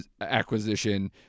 acquisition